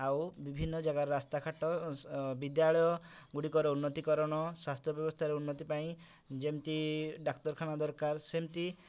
ଆଉ ବିଭିନ୍ନ ଜାଗାରୁ ରାସ୍ତାଘାଟ ସ ବିଦ୍ୟାଳୟ ଗୁଡ଼ିକର ଉନ୍ନତିକରଣ ସ୍ୱାସ୍ଥ୍ୟ ବ୍ୟବସ୍ଥାରେ ଉନ୍ନତି ପାଇଁ ଯେମିତି ଡ଼ାକ୍ତରଖାନା ଦରକାର ସେମିତି